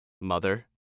mother